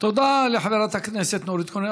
תודה לחברת הכנסת נורית קורן.